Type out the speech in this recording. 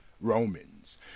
Romans